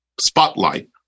spotlight